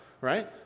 right